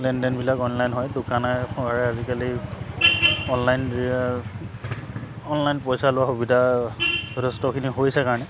লেনদেনবিলাক online হয় দোকানে পোহাৰে আজিকালি অনলাইন দিয়ে অনলাইন পইচা লোৱা সুবিধা যথেষ্টখিনি হৈছে কাৰণে